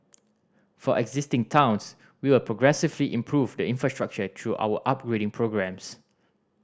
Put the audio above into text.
for existing towns we will progressively improve the infrastructure through our upgrading programmes